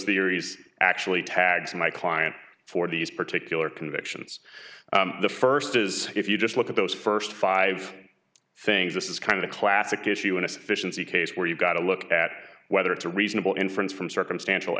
theories actually tags my client for these particular convictions the first is if you just look at those first five things this is kind of a classic issue in a sufficiency case where you've got to look at whether it's a reasonable inference from circumstantial